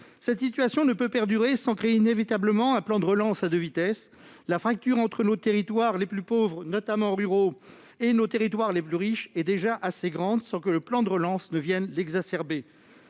Cette situation ne peut perdurer sans créer inévitablement un plan de relance à deux vitesses. La fracture entre nos territoires les plus pauvres, notamment ruraux, et nos territoires les plus riches est déjà assez grande sans que le plan de relance vienne l'exacerber.